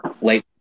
late